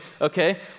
okay